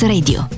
Radio